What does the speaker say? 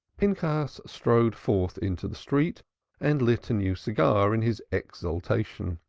pinchas strode forth into the street and lit a new cigar in his exultation.